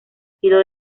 sido